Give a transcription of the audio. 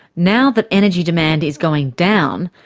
now that energy demand is going down,